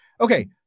okay